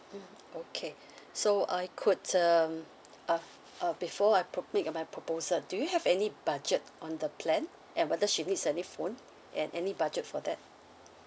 mm okay so I could um uh f~ uh before I prob~ make a my proposal do you have any budget on the plan and whether she needs any phone and any budget for that